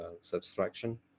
subtraction